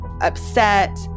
upset